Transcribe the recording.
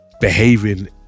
behaving